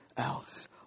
else